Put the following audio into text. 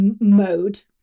mode